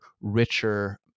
richer